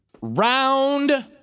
Round